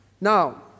now